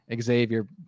Xavier